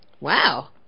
Wow